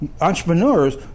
entrepreneurs